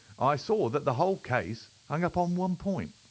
i saw that the whole case hung upon one point.